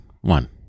One